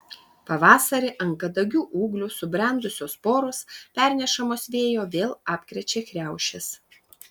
pavasarį ant kadagių ūglių subrendusios sporos pernešamos vėjo vėl apkrečia kriaušes